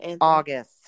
August